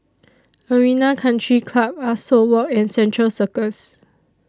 Arena Country Club Ah Soo Walk and Central Circus